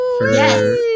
yes